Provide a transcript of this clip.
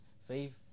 faith